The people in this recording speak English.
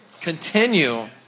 continue